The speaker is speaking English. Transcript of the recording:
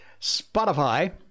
Spotify